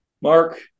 Mark